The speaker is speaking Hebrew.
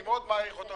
אני מאוד מעריך אותו.